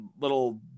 little